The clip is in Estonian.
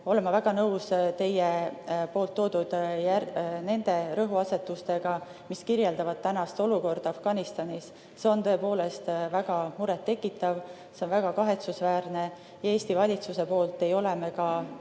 olen ma väga nõus teie nende rõhuasetustega, mis kirjeldavad olukorda Afganistanis. See on tõepoolest väga muret tekitav, see on väga kahetsusväärne. Eesti valitsuse poolt ei ole me ka